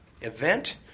event